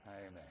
Amen